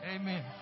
amen